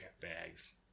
bags